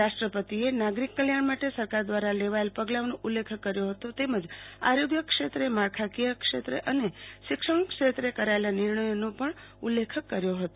રાષ્ટ્રપતિએ નાગરિક કલ્યાણ માટે સરકાર દ્રારા લેવાયેલ પેગલાનો ઉલ્લખ કર્યો હતો તેમજ આરોગ્યક્ષેત્રે માળકાકીય ક્ષેત્રે અને શિક્ષણ ક્ષેત્રે કરાયેલા નિર્ણયનો ઉલ્લેખ કર્યો હતો